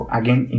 again